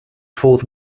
fourth